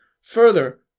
Further